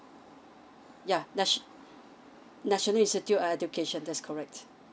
yeah nat~ national institute education that's correct